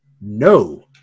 No